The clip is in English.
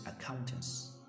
accountants